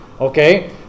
okay